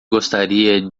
gostaria